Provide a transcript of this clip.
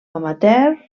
amateur